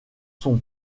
son